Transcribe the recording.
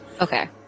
Okay